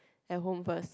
at home first